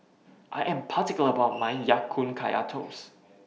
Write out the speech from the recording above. I Am particular about My Ya Kun Kaya Toast